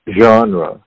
genre